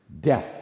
Death